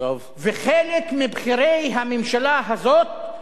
וחלק מבכירי הממשלה הזאת,